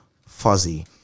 fuzzy